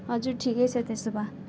हजुर ठिक छ त्यसो भए